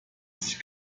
sich